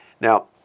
Now